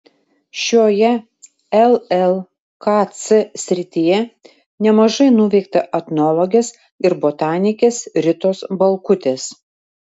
šioje llkc srityje nemažai nuveikta etnologės ir botanikės ritos balkutės